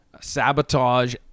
sabotage